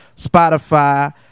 Spotify